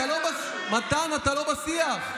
מתן, אתה לא בשיח.